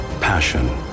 passion